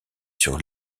sur